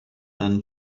and